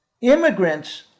Immigrants